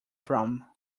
from